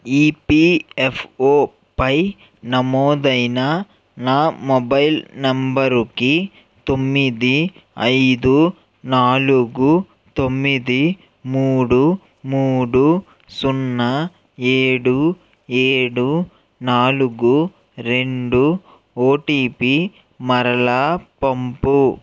ఈపిఎఫ్ఒపై నమోదైన నా మొబైల్ నెంబరుకి తొమ్మిది ఐదు నాలుగు తొమ్మిది మూడు మూడు సున్నా ఏడు ఏడు నాలుగు రెండు ఓటీపీ మరలా పంపు